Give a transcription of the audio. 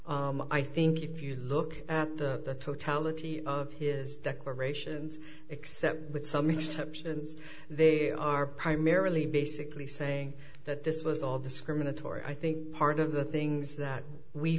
i think if you look at the totality of his declarations except with some exceptions they are primarily basically saying that this was all discriminatory i think part of the things that we